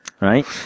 right